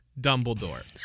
Dumbledore